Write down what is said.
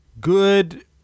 good